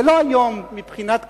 זה לא יום, מבחינת קדימה,